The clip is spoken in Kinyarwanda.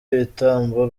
ibitambo